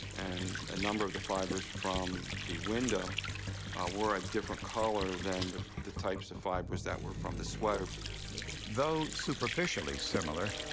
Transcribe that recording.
and a number of the fibers from the window were a different color than the the types of fibers that were from the sweater. narrator though superficially similar,